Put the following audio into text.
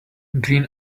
green